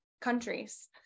countries